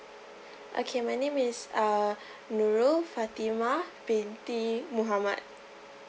okay my name is uh nurul fatimah binti muhammad